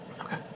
Okay